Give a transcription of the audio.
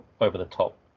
over-the-top